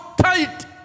tight